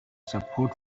support